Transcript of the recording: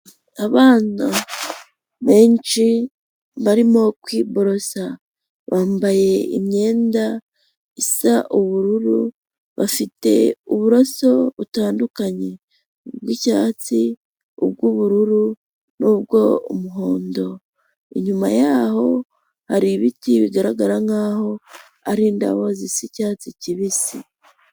Abana benshi barimo kwiborosa. Bambaye imyenda isa ubururu, bafite uburaso butandukanye; ubw'icyatsi, ubw'ubururu, n'ubwo umuhondo. Inyuma y'aho hari ibiti bigaragara nk'aho ari indabo zisa icyatsi kibisi.